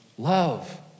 Love